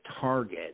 target